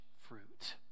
fruit